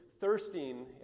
thirsting